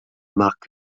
marc